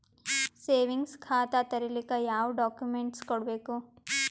Savings ಖಾತಾ ತೇರಿಲಿಕ ಯಾವ ಡಾಕ್ಯುಮೆಂಟ್ ಕೊಡಬೇಕು?